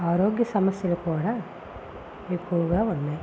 ఆరోగ్య సమస్యలు కూడా ఎక్కువగా ఉన్నాయి